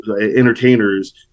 entertainers